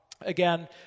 again